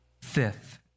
Fifth